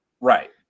right